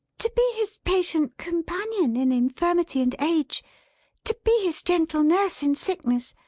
to be his patient companion in infirmity and age to be his gentle nurse in sickness,